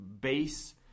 base